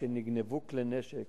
ונגנבו כלי נשק,